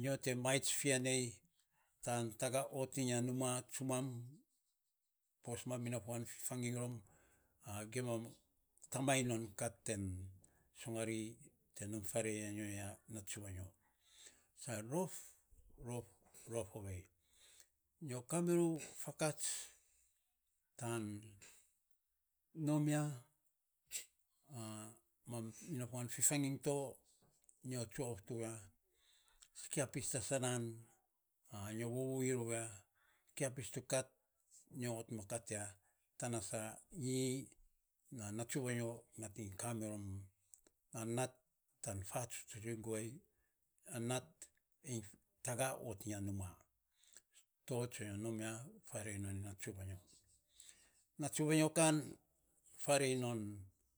nyo te mats fiya neitan taga oh iny a numa tsumam, sos mam inafuan fi fainy rom, gima tami non kat ten sogari, te nomfarei ya na natsu vainyo, sa rof ovei, nyo ka mi rou fakats tan nom ya sa ma inafuan fifainy tosikia pis ta sanan nyo vovou rou ya, si kia pis ta kat nyooh ma kat ya, tana sa iny na natsu vainyo ai ka mi rom nat iny fatsuts ir guei taga oh iny a numa natsu vainyo kan farei non